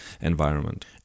environment